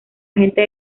agente